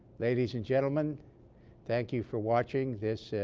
ladies and gentlemen thank you for watching this ah.